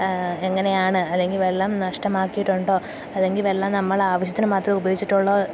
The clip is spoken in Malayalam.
അ എങ്ങനെയാണ് അല്ലെങ്കില് വെള്ളം നഷ്ടമാക്കിയിട്ടുണ്ടോ അല്ലെങ്കില് വെള്ളം നമ്മളാവശ്യത്തിനു മാത്രമേ ഉപയോഗിച്ചിട്ടുള്ളോ